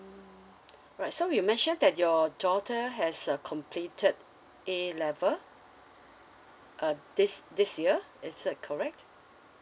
mm alright so you mentioned that your daughter has uh completed A level uh this this year is that correct